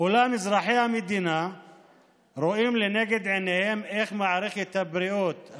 אולם אזרחי המדינה רואים לנגד עיניהם איך מערכת הבריאות,